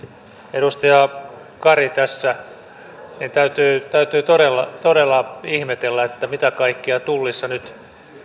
edustaja kari tässä täytyy täytyy todella todella ihmetellä mitä kaikkea tullissa nyt